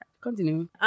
Continue